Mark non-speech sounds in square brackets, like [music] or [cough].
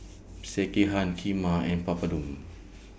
[noise] Sekihan Kheema and Papadum